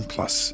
Plus